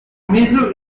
maser